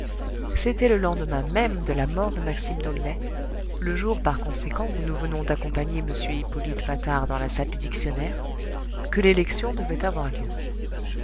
c'était le lendemain même de la mort de maxime d'aulnay le jour par conséquent où nous venons d'accompagner m hippolyte patard dans la salle du dictionnaire que l'élection devait avoir lieu